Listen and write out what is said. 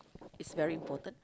is very important